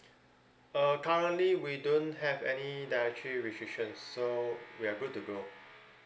uh currently we don't have any dietary restrictions so we are good to go